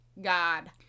God